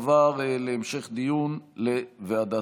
אין מתנגדים, אין נמנעים.